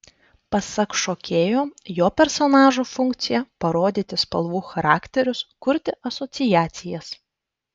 pasak šokėjo jo personažo funkcija parodyti spalvų charakterius kurti asociacijas